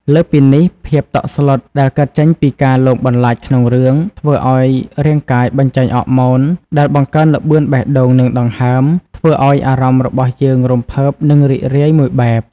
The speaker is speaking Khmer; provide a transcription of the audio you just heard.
លើសពីនេះ ភាពតក់ស្លុតដែលកើតចេញពីការលងបន្លាចក្នុងរឿង ធ្វើឲ្យរាងកាយបញ្ចេញអរម៉ូន ដែលបង្កើនល្បឿនបេះដូងនិងដង្ហើម ធ្វើឲ្យអារម្មណ៍របស់យើងរំភើបនិងរីករាយមួយបែប។